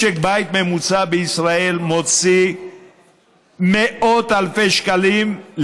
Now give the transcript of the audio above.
משק בית ממוצע בישראל מוציא מאות אלפי שקלים,